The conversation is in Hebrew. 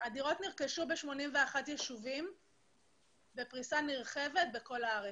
הדירות נרכשו ב-81 יישובים בפריסה נרחבת בכל הארץ.